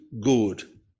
good